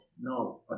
no